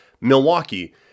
Milwaukee